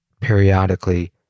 Periodically